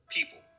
People